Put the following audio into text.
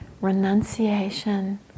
renunciation